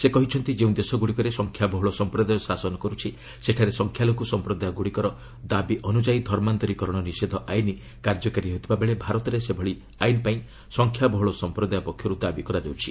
ସେ କହିଛନ୍ତି ଯେଉଁ ଦେଶଗ୍ରଡ଼ିକରେ ସଂଖ୍ୟା ବହୁଳ ସଂପ୍ରଦାୟ ଶାସନ କର୍ତ୍ଥି ସେଠାରେ ସଂଖ୍ୟାଲଘୁ ସଂପ୍ରଦାୟଗୁଡ଼ିକର ଦାବି ଅନୁଯାୟୀ ଧର୍ମାନ୍ତରୀକରଣ ନିଷେଧ ଆଇନ୍ କାର୍ଯ୍ୟକାରୀ ହେଉଥିବାବେଳେ ଭାରତରେ ସେଭଳି ଆଇନପାଇଁ ସଂଖ୍ୟା ବହୁଳ ସଂପ୍ରଦାୟ ପକ୍ଷରୁ ଦାବି ହେଉଛି